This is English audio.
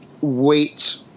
wait